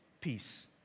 peace